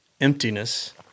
emptiness